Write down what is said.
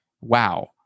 wow